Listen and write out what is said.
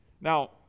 Now